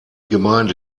gemeinde